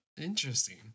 interesting